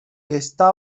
está